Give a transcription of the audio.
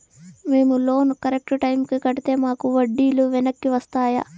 మేము loan correct టైముకి కట్టితే మాకు వడ్డీ లు వెనక్కి వస్తాయా?